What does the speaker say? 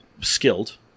skilled